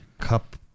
cup